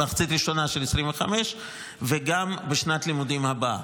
במחצית הראשונה של 2025 וגם בשנת הלימודים הבאה.